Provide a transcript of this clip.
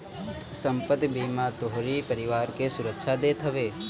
संपत्ति बीमा तोहरी परिवार के सुरक्षा देत हवे